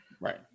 Right